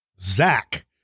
Zach